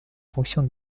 fonction